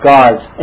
God's